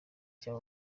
cya